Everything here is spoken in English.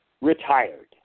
retired